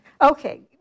Okay